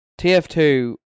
TF2